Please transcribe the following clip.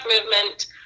movement